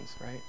right